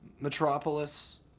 Metropolis